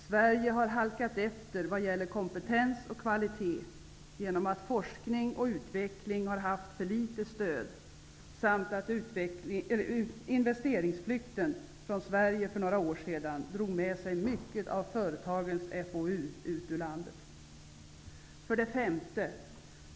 Sverige har halkat efter vad gäller kompetens och kvalitet genom att forskning och utveckling har haft för litet stöd samt genom att investeringsflykten från Sverige för några år sedan drog med sig mycket av företagens FoU ut ur landet. 5.